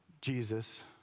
Jesus